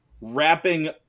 wrapping